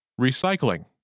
Recycling